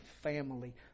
family